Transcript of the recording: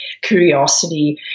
curiosity